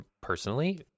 personally